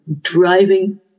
driving